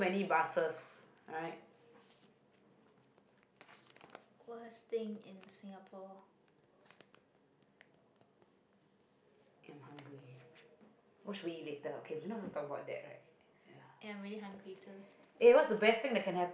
worst thing in singapore ya i'm really hungry too